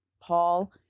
Paul